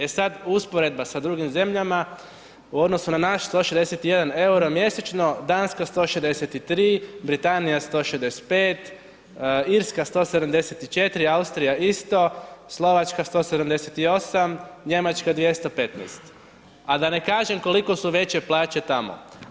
E sad, usporedba sa drugim zemljama u odnosu na naš 161,00 EUR mjesečno, Danska 163, Britanija 165, Irska 174, Austrija isto, Slovačka 178, Njemačka 215, a da ne kažem koliko su veće plaće tamo.